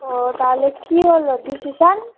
ও তাহলে কী হলো ডিসিশান